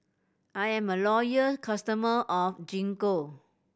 I am a loyal customer of Gingko